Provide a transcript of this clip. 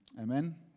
Amen